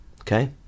Okay